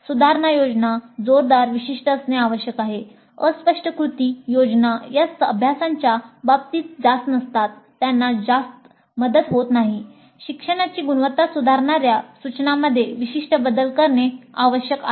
सुधारणा योजना जोरदार विशिष्ट असणे आवश्यक आहे अस्पष्ट कृती योजना ज्या अभ्यासाच्या बाबतीत जास्त नसतात त्यांना जास्त मदत होत नाही शिक्षणाची गुणवत्ता सुधारणाऱ्या सूचनांमध्ये विशिष्ट बदल करणे आवश्यक आहे